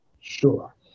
Sure